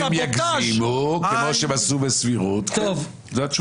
אם יגזימו, כמו שעשו בסבירות, זו התשובה.